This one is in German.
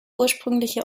ursprüngliche